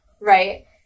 right